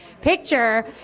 picture